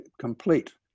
complete